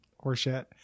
horseshit